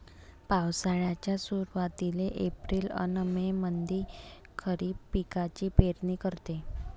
पावसाळ्याच्या सुरुवातीले एप्रिल अन मे मंधी खरीप पिकाची पेरनी करते